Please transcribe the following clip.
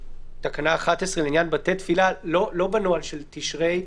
בתקנה 11 לגבי בתי תפילה, לא בנוהל של תשרי,